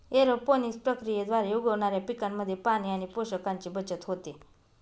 aeroponics प्रक्रियेद्वारे उगवणाऱ्या पिकांमध्ये पाणी आणि पोषकांची बचत होते